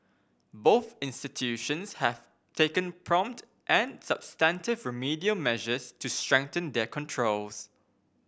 both institutions have taken prompt and substantive remedial measures to strengthen their controls